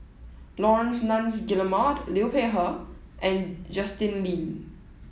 Laurence Nunns Guillemard Liu Peihe and Justin Lean